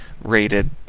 rated